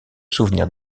souvenir